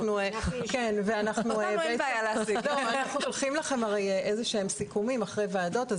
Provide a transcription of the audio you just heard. אנחנו שולחים לכם הרי איזשהם סיכומים אחרי ועדות,